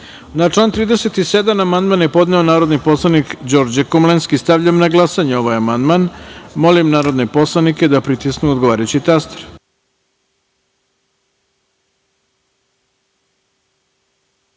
sa ispravkom je podneo narodni poslanik Đorđe Komlenski. Stavljam na glasanje ovaj amandman. Molim narodne poslanike da pritisnu odgovarajući